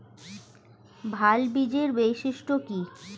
ভাল বীজের বৈশিষ্ট্য কী?